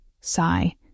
sigh